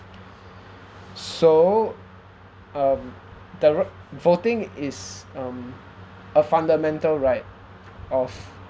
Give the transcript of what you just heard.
so um the ro~ voting is um a fundamental right of